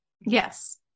yes